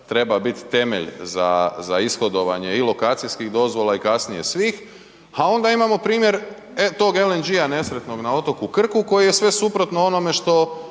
treba biti temelj za ishodovanje i lokacijskih dozvola i kasnije svih. A onda imamo primjer tog LNG nesretnog na otoku Krku koji je sve suprotno onome što